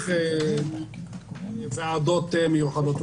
צריך להמציא הוכחות לכך.